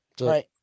right